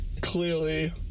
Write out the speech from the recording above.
Clearly